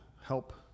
help